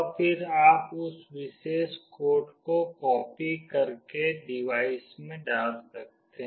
और फिर आप उस विशेष कोड को कॉपी करके डिवाइस में डाल सकते हैं